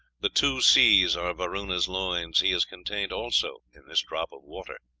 the two seas are varuna's loins he is contained also in this drop of water.